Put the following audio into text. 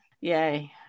Yay